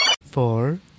Four